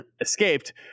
escaped